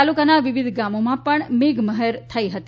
તાલુકાના વિવિધ ગામોમાં પણ મેઘમહેર થઈ છે